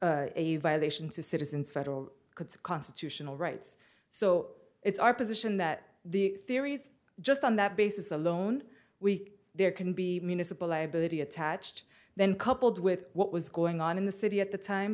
be a violation to citizens federal constitutional rights so it's our position that the theories just on that basis alone weak there can be municipal liability attached then coupled with what was going on in the city at the time